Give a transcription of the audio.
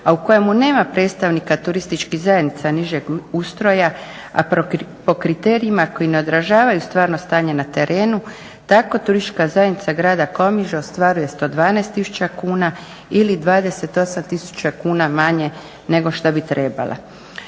a u kojemu nema predstavnika turističkih zajednica nižeg ustroja, a po kriterijima koji ne odražavaju stvarno stanje na terenu tako turistička zajednica grada Komiže ostvaruje 112 000 kuna ili 28 000 kuna manje nego što bi trebala.